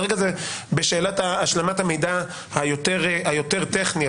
כרגע אנו בשאלת השלמת המידע היותר טכני,